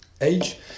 age